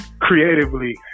creatively